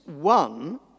one